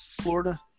Florida